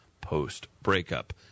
post-breakup